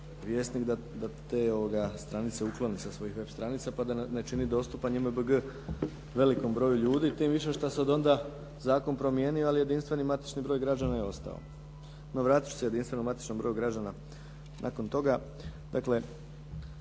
Vjesnik da te stranice ukloni sa svojih web stranica pa da ne čini dostupan JMBG velikom broju ljudi, tim više što se odonda zakon promijenio ali jedinstveni matični broj građana je ostao. No, vratiti ću se jedinstvenom matičnom broju građana, nakon toga.